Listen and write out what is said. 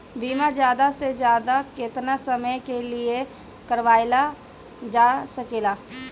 बीमा ज्यादा से ज्यादा केतना समय के लिए करवायल जा सकेला?